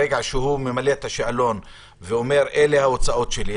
ברגע שהוא ממלא את השאלון ואומר: אלה הוצאות שלי,